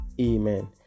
Amen